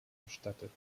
bestattet